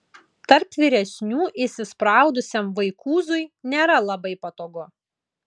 tarp vyresnių įsispraudusiam vaikūzui nėra labai patogu